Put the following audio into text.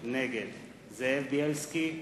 נגד זאב בילסקי,